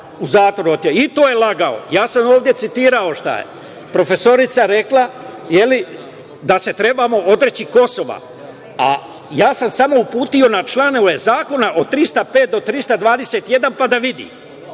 i to je lagao. Ja sam ovde citirao šta je profesorka rekla, je li, da se trebamo odreći Kosova, a ja sam samo uputio na članove zakona od 305. do 321, pa da vidi.